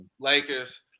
Lakers